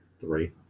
three